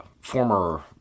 former